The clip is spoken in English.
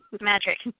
Magic